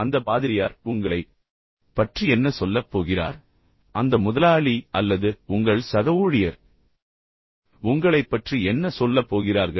அந்த பாதிரியார் உங்களைப் பற்றி என்ன சொல்லப் போகிறார் அந்த முதலாளி அல்லது உங்கள் சக ஊழியர் உங்களைப் பற்றி என்ன சொல்லப் போகிறார்கள்